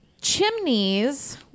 chimneys